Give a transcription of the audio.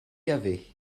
avait